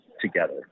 together